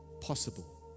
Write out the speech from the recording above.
possible